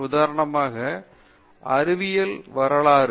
உதாரணமாக அறிவியல் வரலாறு